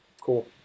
Cool